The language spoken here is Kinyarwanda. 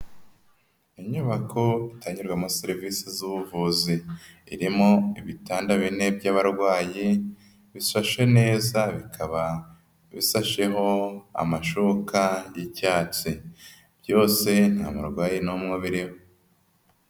Inyubako itangirwamo serivisi z'ubuvuzi, irimo ibitanda bine by'abarwayi bisashe neza bikaba bisasheho amashuka y'icyatsi, byose nta murwayi n'umwe ubiriho.